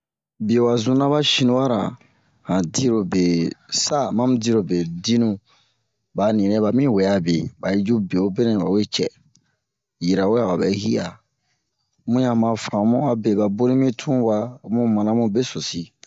biye wa zunn ba shiniwa-ra han dirobe sa mamu dirobe dinu ba a ninɛ ba mi wɛ'a be ba yi cu bewobe bawe cɛ yirawe aba bɛ hi'a mu ɲan ma fanmu abe ba boni mi tun wa homu mana mu besosi